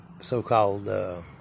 so-called